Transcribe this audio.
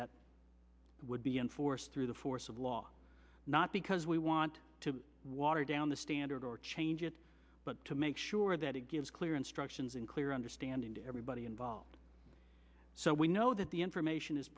that would be enforced through the force of law not because we want to water down the standard or change it but to make sure that it gives clear instructions and clear understanding to everybody involved so we know that the information is